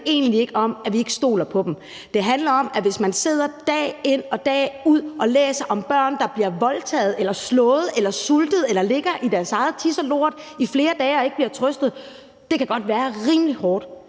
egentlig ikke om, at vi ikke stoler på dem. Det handler om, at hvis man sidder dag ud og dag ind og læser om børn, der bliver voldtaget eller slået eller sultet eller ligger i deres eget tis og lort i flere dage og ikke bliver trøstet, så kan det godt være rimelig hårdt.